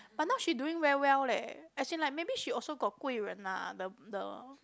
but now she doing very well leh as in like maybe she also got 贵人 lah the the